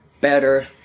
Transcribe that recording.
better